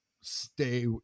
stay